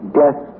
death